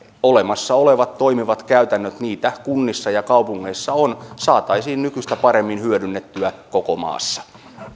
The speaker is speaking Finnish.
olemassa olevat toimivat käytännöt mitä kunnissa ja kaupungeissa on saataisiin nykyistä paremmin hyödynnettyä koko maassa